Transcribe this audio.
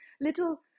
little